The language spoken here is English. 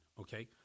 Okay